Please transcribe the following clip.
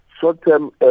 short-term